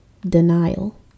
denial